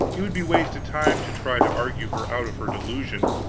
it would be wasted time to try to argue her out of her delusion,